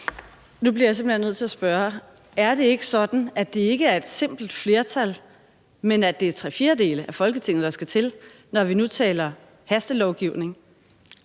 jeg simpelt hen nødt til at spørge: Er det ikke sådan, at det ikke er et simpelt flertal, men at det er tre fjerdedele af Folketinget, der skal til, når vi nu taler hastelovgivning?